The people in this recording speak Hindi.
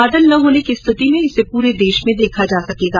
बादल न होने की स्थिति र्म इसे पूरे देश में देखा जा सकेगा